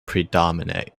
predominate